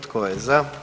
Tko je za?